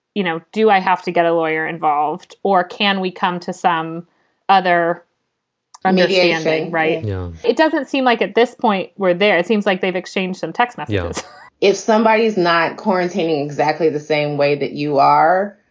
you know, do i have to get a lawyer involved or can we come to some other media ending? right. no it doesn't seem like at this point we're there. it seems like they've exchanged some text messages if somebody is not quarantining exactly the same way that you are,